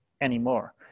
anymore